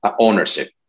ownership